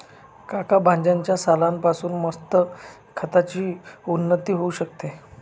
काका भाज्यांच्या सालान पासून मस्त खताची उत्पत्ती होऊ शकते